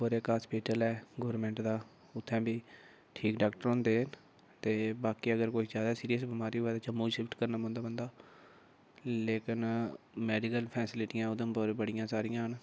होर इक हास्पटिल ऐ गोरमेंट दा उत्थें बी ठीक डाक्टर होंदे ते बाकी अगर कोई ज्यादा सिरियस बीमारी होऐ ते जम्मू शिफ्ट करना पौंदा बंदा लेकिन मैडिकल फैसलिटियां उधमपुर बड़ियां सारियां न